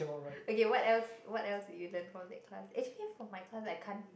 okay what else what else do you learn from that class actually for my class I can't